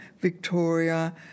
Victoria